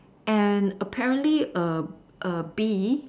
and apparently a A bee